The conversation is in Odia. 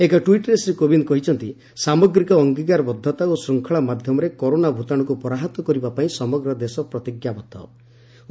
ଏକ ଟ୍ୱିଟ୍ରେ ଶ୍ରୀ କୋବିନ୍ଦ କହିଛନ୍ତି ସାମଗ୍ରିକ ଅଙ୍ଗୀକାରବଦ୍ଧତା ଓ ଶୃଙ୍ଖଳା ମାଧ୍ୟମରେ କରୋନା ଭ୍ତାଣୁକୁ ପରାହତ କରିବା ପାଇଁ ସମଗ୍ର ଦେଶ ପ୍ରତିଜ୍ଞାବଦ୍ଧ ହୋଇଛି